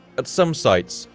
at some sites,